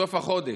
סוף החודש.